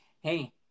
hey